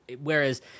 Whereas